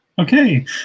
Okay